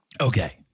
Okay